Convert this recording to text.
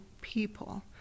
people